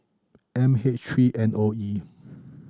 M H three N O E